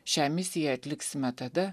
šią misiją atliksime tada